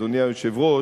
אדוני היושב-ראש.